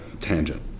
tangent